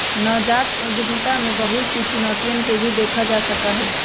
नवजात उद्यमिता में बहुत सी चुनौतियन के भी देखा जा सका हई